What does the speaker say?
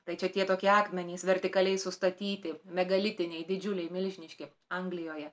tai čia tie tokie akmenys vertikaliai sustatyti megalitiniai didžiuliai milžiniški anglijoje